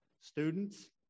students